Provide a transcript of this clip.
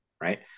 Right